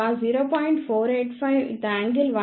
485∟ 155º ఉంది